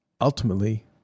ultimately